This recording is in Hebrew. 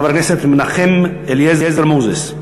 חבר הכנסת מנחם אליעזר מוזס.